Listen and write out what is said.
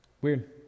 Weird